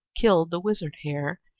killed the wizard hare,